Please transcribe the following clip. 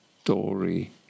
story